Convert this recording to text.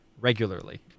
regularly